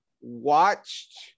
watched